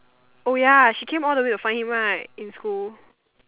oh ya she came all the way to find him right in school